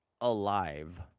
alive